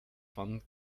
von